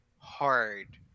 hard